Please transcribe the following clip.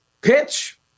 pitch